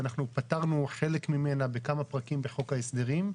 ואנחנו פתרנו חלק ממנה בכמה פרקים בחוק ההסדרים.